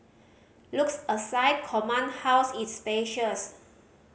looks aside Command House is spacious